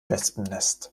wespennest